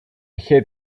hate